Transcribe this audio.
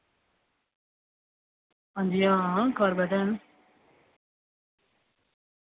हांजी हां कारपेट हैन